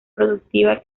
productiva